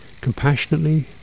compassionately